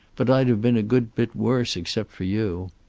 but i'd have been a good bit worse, except for you.